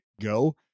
go